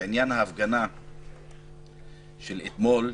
בעניין ההפגנה של אתמול,